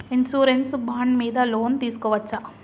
Insurance bond మీద loan తీస్కొవచ్చా?